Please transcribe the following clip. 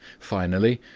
finally,